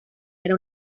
era